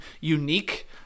unique